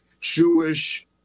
Jewish